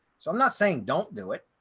so i'm not saying don't do it,